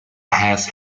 has